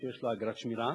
שיש לה אגרת שמירה.